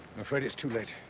i'm afraid it's too late.